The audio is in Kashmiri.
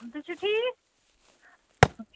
تُہۍ چھُو ٹھیٖک